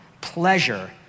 pleasure